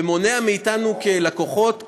ומונע מאתנו כלקוחות,